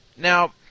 Now